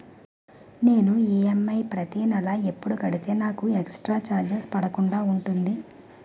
నేను ఈ.ఎమ్.ఐ ప్రతి నెల ఎపుడు కడితే నాకు ఎక్స్ స్త్ర చార్జెస్ పడకుండా ఉంటుంది?